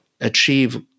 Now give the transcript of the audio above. achieve